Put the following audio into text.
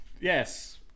Yes